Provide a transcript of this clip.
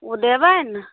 ओ देबै ने